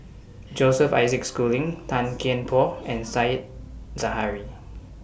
Joseph Isaac Schooling Tan Kian Por and Said Zahari